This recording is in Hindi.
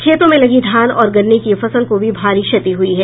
खेतों में लगी धान और गन्ने की फसल को भी भारी क्षति हुई है